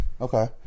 Okay